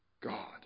God